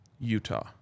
Utah